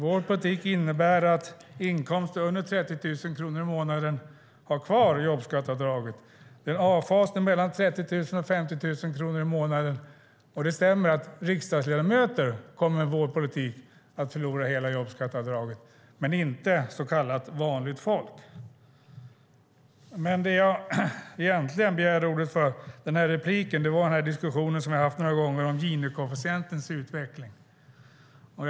Vår politik innebär att de med inkomster under 30 000 kronor i månaden har kvar jobbskatteavdraget. Det är en avfasning mellan 30 000 och 50 000 kronor i månaden. Det stämmer att riksdagsledamöter kommer att förlora hela jobbskatteavdraget med vår politik, men inte så kallat vanligt folk. Det jag egentligen begärde replik för var dock den diskussion om Gini-koefficientens utveckling vi haft några gånger.